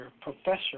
Professor